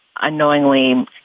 unknowingly